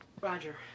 Roger